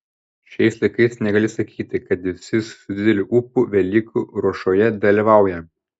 šiais laikais negali sakyti kad visi su dideliu ūpu velykų ruošoje dalyvauja